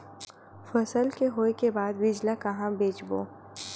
फसल के होय के बाद बीज ला कहां बेचबो?